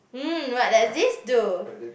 mm what does this do